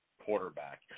quarterback